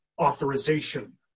authorization